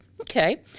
Okay